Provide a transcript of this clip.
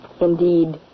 Indeed